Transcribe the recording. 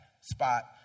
spot